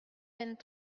vingt